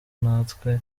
natwe